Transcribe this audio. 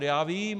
Já vím.